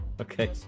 Okay